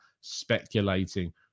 speculating